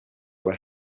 were